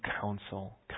counsel